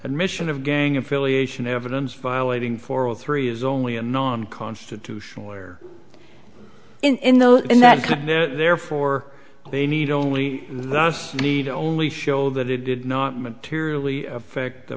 admission of gang affiliation evidence violating for all three is only a non constitutional or in the end that could therefore they need only thus need only show that it did not materially affect the